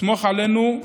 סמוך עלינו,